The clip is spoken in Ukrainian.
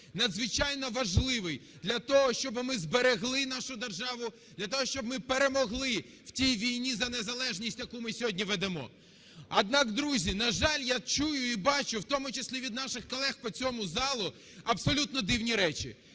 надзвичайно важливий, для того, щоби ми зберегли нашу державу, для того, щоб ми перемогли в тій війні, за незалежність яку ми сьогодні ведемо. Однак, друзі, на жаль, я чую і бачу, в тому числі від наших колег по цьому залу, абсолютно дивні речі: